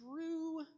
true